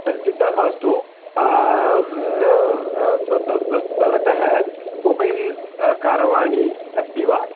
तद् चिन्ता मास्तु न् भवतः मोबैल् करवाणी अस्ति वा